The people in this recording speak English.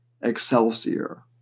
Excelsior